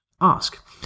ask